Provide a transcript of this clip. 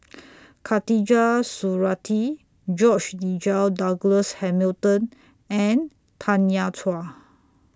Khatijah Surattee George Nigel Douglas Hamilton and Tanya Chua